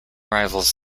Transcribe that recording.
rivals